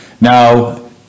Now